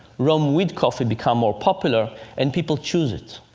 rome with coffee becomes more popular, and people choose it.